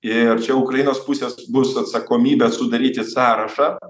ir čia ukrainos pusės bus atsakomybė sudaryti sąrašą